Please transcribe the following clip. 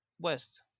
west